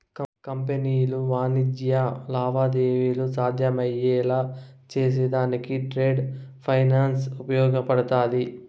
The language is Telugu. కంపెనీలు వాణిజ్య లావాదేవీలు సాధ్యమయ్యేలా చేసేదానికి ట్రేడ్ ఫైనాన్స్ ఉపయోగపడతాది